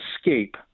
escape